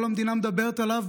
כל המדינה מדברת עליו.